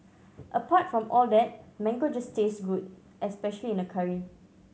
apart from all that mango just tastes good especially in a curry